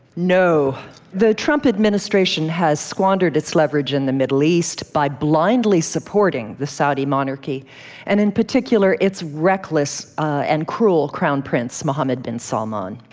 no, the trump administration has squandered its leverage in the middle east by blindly supporting the saudi monarchy and in particular its reckless and cruel crown prince, mohammad bin salman.